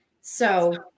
So-